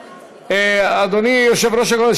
אדוני יושב-ראש הקואליציה,